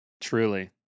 truly